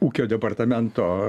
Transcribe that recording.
ūkio departamento